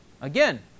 again